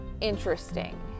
Interesting